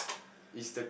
is the